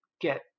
get